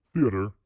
Theater